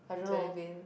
jelly bean